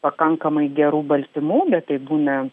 pakankamai gerų baltymų bet tai būna